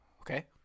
Okay